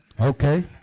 Okay